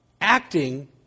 acting